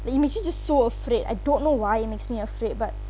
it made me just so afraid I don't know why it makes me afraid but